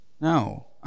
No